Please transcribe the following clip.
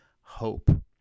hope